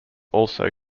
also